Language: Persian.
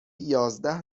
یازده